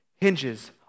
hinges